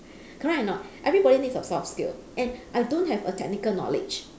correct or not everybody needs a soft skill and I don't have a technical knowledge